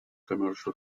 commercial